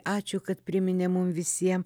ačiū kad priminė mum visiem